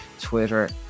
twitter